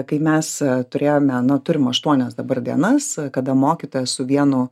kai mes turėjome na turim aštuonias dabar dienas kada mokytoja su vienu